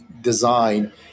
design